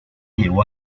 llevó